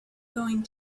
going